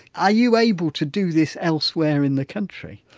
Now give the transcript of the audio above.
are you able to do this elsewhere in the country?